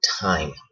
time